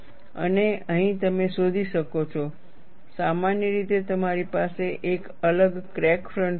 અને અહીં તમે શોધી શકો છો સામાન્ય રીતે તમારી પાસે એક અલગ ક્રેક ફ્રન્ટ હશે